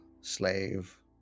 slave